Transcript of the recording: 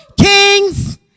kings